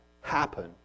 happen